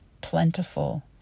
plentiful